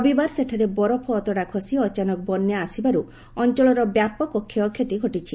ରବିବାର ସେଠାରେ ବରଫ ଅତଡ଼ା ଖସି ଅଚାନକ୍ ବନ୍ୟା ଆସିବାରୁ ଅଞ୍ଚଳର ବ୍ୟାପକ କ୍ଷୟକ୍ଷତି ଘଟିଛି